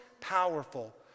powerful